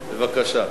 בבקשה.